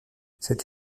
cette